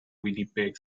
winnipeg